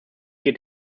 geht